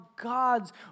God's